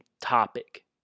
topic